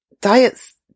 diets